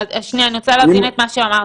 אני רוצה להבין את מה שאמרת.